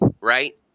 right